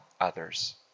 others